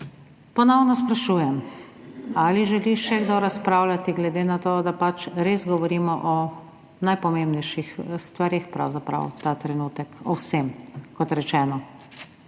Ponovno sprašujem, ali želi še kdo razpravljati, glede na to, da res govorimo o najpomembnejših stvareh, pravzaprav,